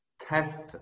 test